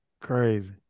crazy